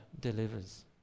delivers